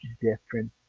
different